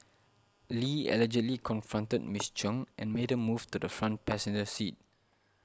Lee allegedly confronted Miss Chung and made her move to the front passenger seat